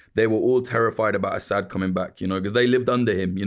they were all terrified about assad coming back, you know because they lived under him. you know